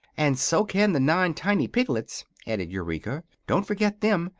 and so can the nine tiny piglets, added eureka. don't forget them,